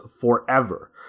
forever